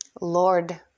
Lord